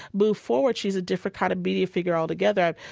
move forward, she's a different kind of media figure altogether.